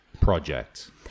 project